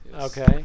okay